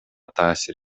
таасир